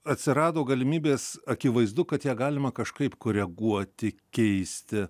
atsirado galimybės akivaizdu kad ją galima kažkaip koreguoti keisti